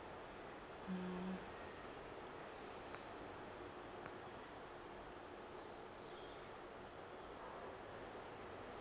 mm